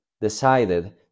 decided